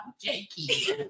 Jakey